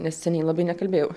nes seniai labai nekalbėjau